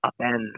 upend